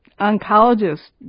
oncologist